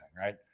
Right